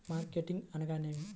Marketing అనగానేమి?